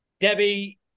debbie